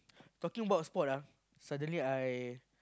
talking about sport ah suddenly I